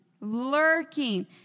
Lurking